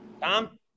Tom